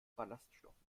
ballaststoffen